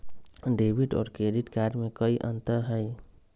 Debit और credit card में कई अंतर हई?